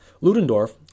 Ludendorff